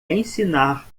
ensinar